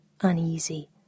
uneasy